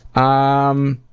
i um